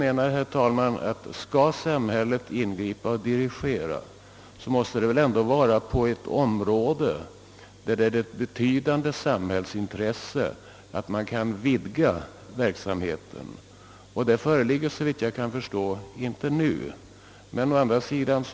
Skall samhället ingripa och dirigera, så måste det väl ändå gälla ett område där det är ett betydande samhällsintresse att verksamheten vidgas, Ett sådant område är, såvitt jag förstår, inte lastbilstrafikens.